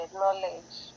knowledge